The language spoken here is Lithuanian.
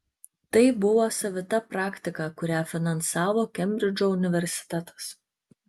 tai buvo savita praktika kurią finansavo kembridžo universitetas